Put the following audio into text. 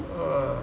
!wah!